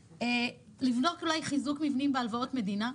לבדוק אולי חיזוק מבנים בהלוואות מדינה,